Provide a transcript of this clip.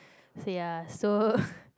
ya so